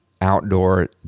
outdoor